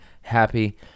happy